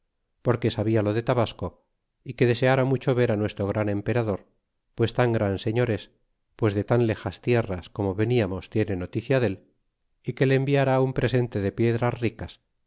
porque sabia lo de tabasco y que deseara mucho ver nuestro gran emperador pues tan gran señor es pues de tan bijas tierras como veniamos tiene noticia dél y que le enviará un presente de piedras ricas